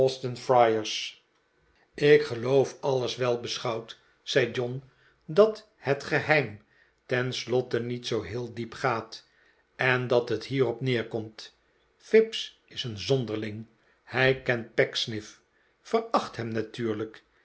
friars ik geloof alles wel beschouwd zei john dat het geheim tenslotte niet zoo heel diep gaat en dat het hierop neerkomt fips is een zonderling hij kent pecksniff veracht hem natuurlijk